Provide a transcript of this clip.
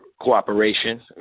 cooperation